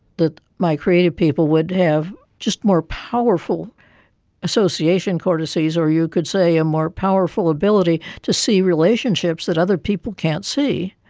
that my creative people would have just more powerful association cortices or you could say a more powerful ability to see relationships that other people can't see.